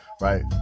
Right